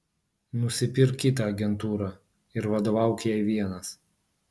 nusipirk kitą agentūrą ir vadovauk jai vienas